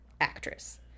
actress